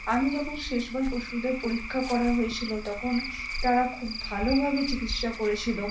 আমি যখন শেষবার পশুদের পরীক্ষা করা হয়েছিল তখন তারা খুব ভালোভাবে চিকিৎসা করেছিল